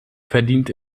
verdient